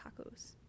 tacos